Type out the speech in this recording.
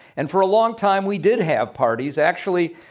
and for a long time we did have parties. actually,